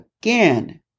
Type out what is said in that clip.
Again